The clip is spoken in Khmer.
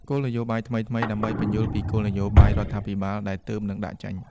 គោលនយោបាយថ្មីៗ ដើម្បីពន្យល់ពីគោលនយោបាយរដ្ឋាភិបាលដែលទើបនឹងដាក់ចេញ។